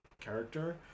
character